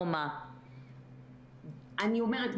אני אמרת,